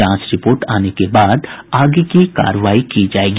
जांच रिपोर्ट आने के बाद आगे की कार्रवाई की जायेगी